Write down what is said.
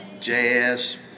jazz